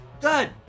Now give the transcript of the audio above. Good